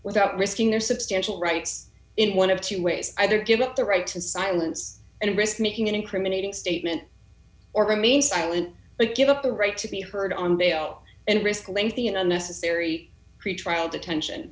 without risking their substantial rights in one of two ways either give up their right to silence and risk making an incriminating statement or remain silent but give up the right to be heard on bail and risk a lengthy and unnecessary pretrial detention